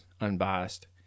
unbiased